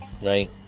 right